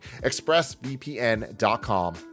Expressvpn.com